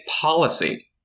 policy